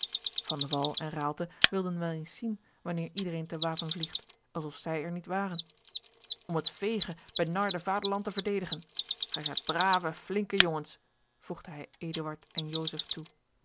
en raalte wilden wel eens zien wanneer iedereen te wapen vliegt alsof zij er niet waren om het veege benarde vaderland te verdedigen gij zijt brave flinke jongens voegde hij eduard en joseph toe